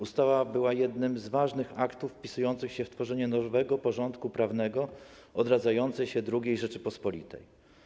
Ustawa była jednym z ważnym aktów wpisujących się w tworzenie nowego porządku prawnego odradzającej się II Rzeczypospolitej.